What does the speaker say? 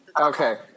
Okay